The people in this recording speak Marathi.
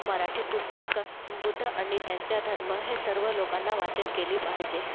मराठी पुस्तक बुद्ध आणि त्यांचा धम्म हे सर्व लोकांना वाचन केले पाहिजे